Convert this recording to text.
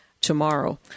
tomorrow